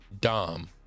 Dom